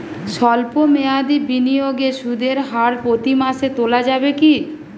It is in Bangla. সল্প মেয়াদি বিনিয়োগে সুদের টাকা প্রতি মাসে তোলা যাবে কি?